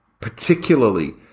particularly